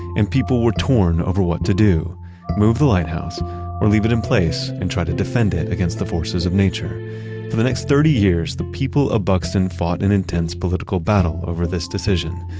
and people were torn over what to do move the lighthouse or leave it in place and try to defend it against the forces of nature? for the next thirty years, the people of buxton fought an intense political battle over this decision.